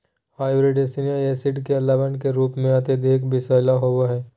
hydrocyanic acid के लवण के रूप में अत्यधिक विषैला होव हई